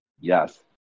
yes